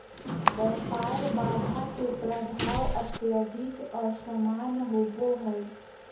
व्यापार बाधा के प्रभाव अत्यधिक असमान होबो हइ